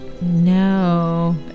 No